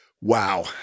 wow